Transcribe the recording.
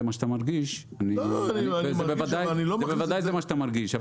מה שאתה מרגיש בוודאי זה מה שאתה מרגיש.